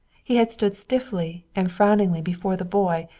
he had stood stiffly and frowningly before the boy,